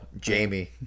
jamie